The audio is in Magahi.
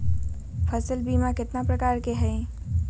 फसल बीमा कतना प्रकार के हई?